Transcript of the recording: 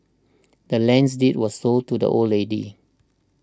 the land's deed was sold to the old lady